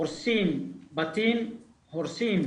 הורסים בתים, הורסים